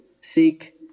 seek